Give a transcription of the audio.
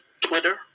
Twitter